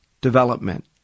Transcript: development